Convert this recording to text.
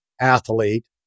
athlete